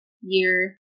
year